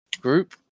Group